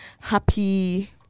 happy